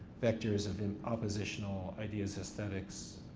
vectors of and oppositional ideas, aesthetics,